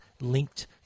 linked